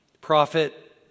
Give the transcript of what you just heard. Prophet